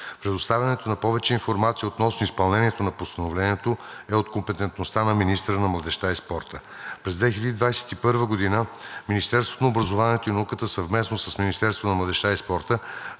Предоставянето на повече информация относно изпълнението на Постановлението е от компактността на министъра на младежта и спорта. През 2021 г. Министерството на образованието и науката съвместно с Министерството